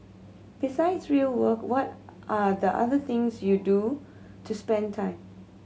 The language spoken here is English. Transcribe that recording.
besides real work what are the other things you do to spend time